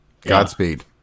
Godspeed